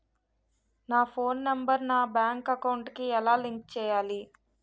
నా phone number నా bank account కి ఎలా లింక్ చేయాలి?